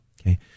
okay